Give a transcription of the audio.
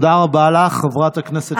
תודה רבה לך, חברת הכנסת גמליאל.